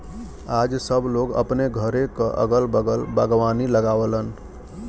आज सब लोग अपने घरे क अगल बगल बागवानी लगावलन